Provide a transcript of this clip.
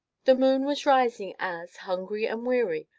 the moon was rising as, hungry and weary,